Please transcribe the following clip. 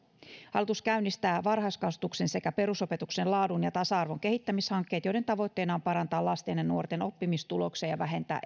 hallitus käynnistää varhaiskasvatuksen sekä perusopetuksen laadun ja tasa arvon kehittämishankkeet joiden tavoitteena on parantaa lasten ja nuorten oppimistuloksia ja vähentää